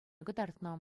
кӑтартнӑ